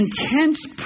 Intense